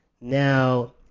Now